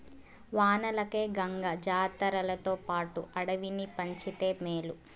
వానలకై గంగ జాతర్లతోపాటు అడవిని పంచితే మేలు